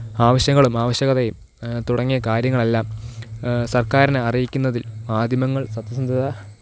ആവശ്യങ്ങളും ആവശ്യകതയും തുടങ്ങിയ കാര്യങ്ങളെല്ലാം സര്ക്കാരിനെ അറിയിക്കുന്നതില് മാധ്യമങ്ങള് സത്യസന്ധത